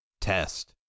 test